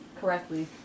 correctly